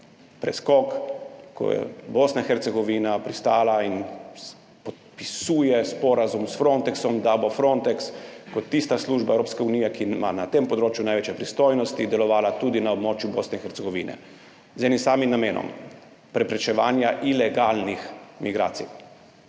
preskok, ko je Bosna in Hercegovina pristala in podpisuje sporazum s Frontexom, da bo Frontex kot tista služba Evropske unije, ki ima na tem področju največje pristojnosti, delovala tudi na območju Bosne in Hercegovine z enim samim namenom preprečevanja ilegalnih migracij.